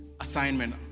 Assignment